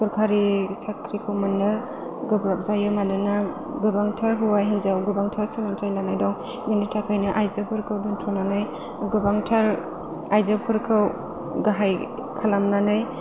सरखारि साख्रिखौ मोनन गोब्राब जायो मानोना गोबांथार हौवा हिनजाव गोबांथार सोलोंथाइ लानाय दं बिनि थाखायनो आइजोफोरखौ दोन्थ'नानै गोबांथार आइजोफोरखौ गाहाय खालामनानै